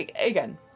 again